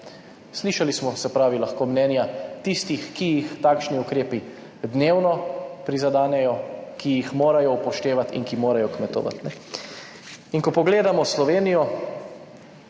Slišali smo, se pravi, lahko mnenja tistih, ki jih takšni ukrepi dnevno prizadenejo, ki jih morajo upoštevati in ki morajo kmetovati. In ko pogledamo Slovenijo,